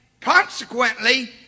consequently